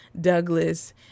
Douglas